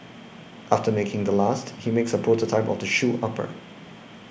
after making the last he makes a prototype of the shoe upper